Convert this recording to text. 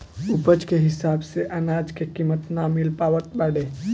उपज के हिसाब से अनाज के कीमत ना मिल पावत बाटे